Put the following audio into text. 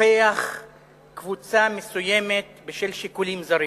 לקפח קבוצה מסוימת בשל שיקולים זרים.